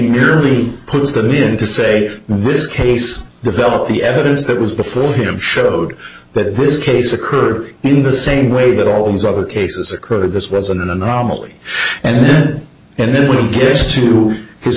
merely puts that in to say this case developed the evidence that was before him showed that this case occurred in the same way that all these other cases occurred this was an anomaly and then and then we get to his